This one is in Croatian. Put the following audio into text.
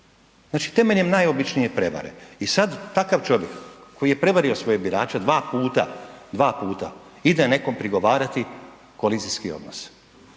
znači temeljem najobičnije prevare i sad takav čovjek koji je prevario svoje birače dva puta, dva puta, ide nekom prigovarati kolizijski odnos,